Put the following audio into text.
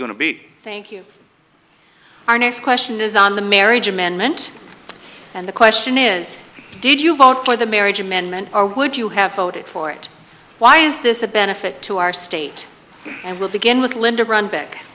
to be thank you our next question is on the marriage amendment and the question is did you vote for the marriage amendment or would you have voted for it why is this a benefit to our state and we'll begin with linda